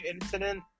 incident